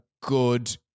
good